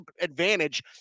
advantage